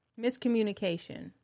miscommunication